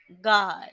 God